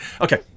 Okay